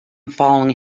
following